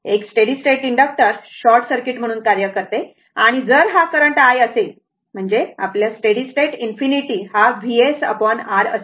एक steady state inductor short circuit म्हणून कार्य करते आणि जर हा करंट i असेल ते म्हणजे आपला स्टेडी स्टेट इनफिनिटी हा VsR असेल